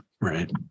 right